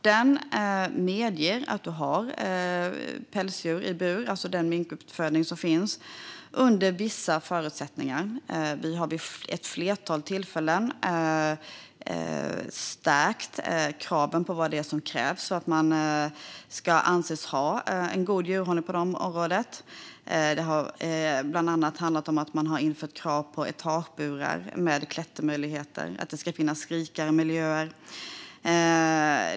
Den medger att man har pälsdjur i bur, det vill säga bedriver sådan minkuppfödning som finns, under vissa förutsättningar. Vi har vid ett flertal tillfällen stärkt kraven för att djurhållningen ska anses vara god. Det har bland annat införts krav på etageburar med klättermöjligheter och på att det ska finnas rikare miljöer.